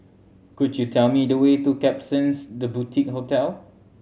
could you tell me the way to Klapsons The Boutique Hotel